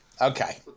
Okay